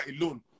alone